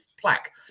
plaque